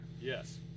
Yes